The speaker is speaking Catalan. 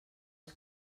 als